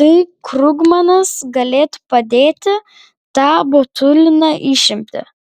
tai krugmanas galėtų padėti tą botuliną išimti